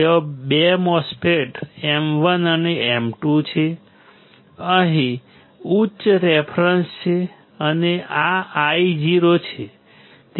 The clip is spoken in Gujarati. ત્યાં 2 MOSFETs M1 અને M2 છે અહીં એક ઉચ્ચ રેફરન્સ છે અને આ Io છે